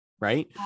Right